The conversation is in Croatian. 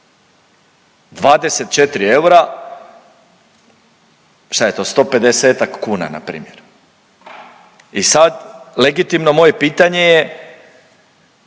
24 eura šta je to 150-ak kuna na primjer. I sad legitimno moje pitanje je